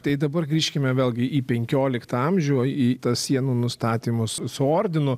tai dabar grįžkime vėlgi į penkioliktą amžių į tą sienų nustatymus su ordinu